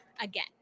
again